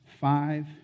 five